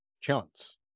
chance